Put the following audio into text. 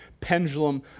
pendulum